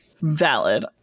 valid